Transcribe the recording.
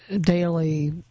daily